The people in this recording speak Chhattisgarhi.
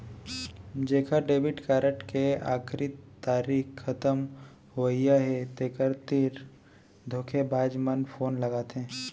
जेखर डेबिट कारड के आखरी तारीख खतम होवइया हे तेखर तीर धोखेबाज मन फोन लगाथे